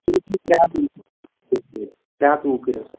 ترٛےٚ ہَتھ ترٛےٚ ہَتھ وُہ کٔرۍہُس